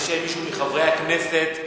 יש מישהו מחברי הכנסת,